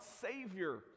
Savior